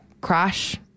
Crash